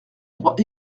droit